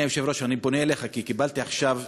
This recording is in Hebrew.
אני פונה אליך, אדוני היושב-ראש, כי קיבלתי עכשיו